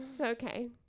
Okay